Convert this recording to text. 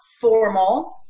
formal